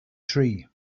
tree